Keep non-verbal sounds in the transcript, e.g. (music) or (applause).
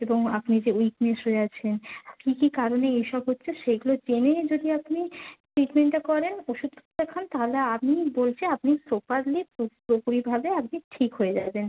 এবং আপনি যে উইকনেস হয়ে আছেন কী কী কারণে এই সব হচ্ছে সেইগুলো জেনে যদি আপনি ট্রিটমেন্টটা করেন ওষুধ (unintelligible) খান তাহলে আমি বলছি আপনি প্রপারলি (unintelligible) পুরোপুরিভাবে আপনি ঠিক হয়ে যাবেন